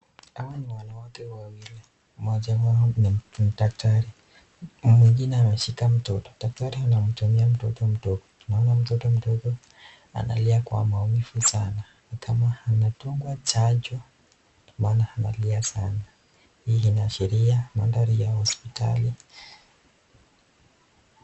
Hawa ni wanawake waili, moja ni daktari mwingine ameshika mtoto. Daktari anamhudumia mtoto mdogo. Tunaona mtoto mdogo analia kwa maumivu sana ni kama amedungwa chanjo maana analia sana. Hii inaashiria mandhari ya hospitali.